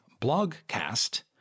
blogcast